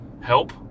help